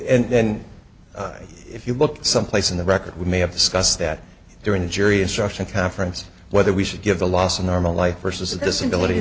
it and then if you look someplace in the record we may have discussed that during the jury instruction conference whether we should give the loss a normal life versus a disability